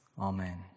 Amen